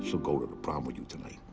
so go to the prom with you tonight.